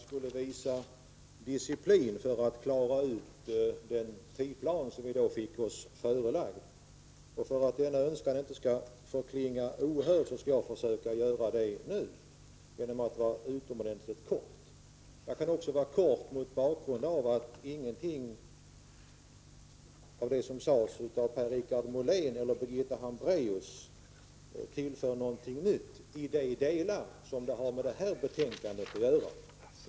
Fru talman! I går fick kammarens ledamöter besked om att vi skulle visa disciplin för att klara den förelagda tidsplanen. För att detta önskemål inte skall förklinga ohört, skall jag försöka visa disciplin nu genom att vara utomordentligt kortfattad. Jag kan vara kortfattad även mot bakgrund av att ingenting av det som sades av Per-Richard Molén och Birgitta Hambraeus tillförde något nytt i de delar som har med detta betänkande att göra.